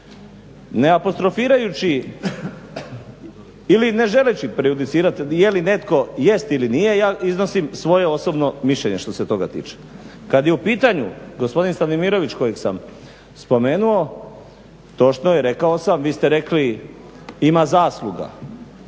Ne apostrofirajući ili ne želeći prejudicirati jeli netko jest ili nije, ja iznosim svoje osobno mišljenje što se toga tiče. Kada je u pitanju gospodin Stanimirović kojeg sam spomenuo točno je rekao sam vi ste rekli ima zasluga